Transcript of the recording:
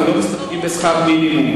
אנחנו לא מסתפקים בשכר מינימום.